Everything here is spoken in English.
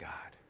God